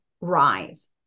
rise